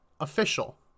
official